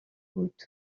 بود